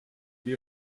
die